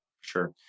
Sure